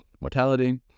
mortality